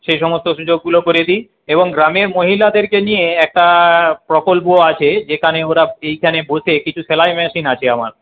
সে সমস্ত সুযোগগুলো করে দিই এবং গ্রামের মহিলাদেরকে নিয়ে একটা প্রকল্প আছে যেখানে ওরা সেইখানে বসে কিছু সেলাই মেশিন আছে আমার